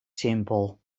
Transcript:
simpel